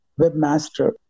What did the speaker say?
webmaster